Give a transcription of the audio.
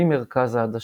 ממרכז העדשה.